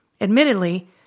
Admittedly